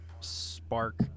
spark